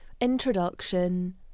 Introduction